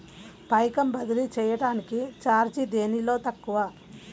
పైకం బదిలీ చెయ్యటానికి చార్జీ దేనిలో తక్కువ?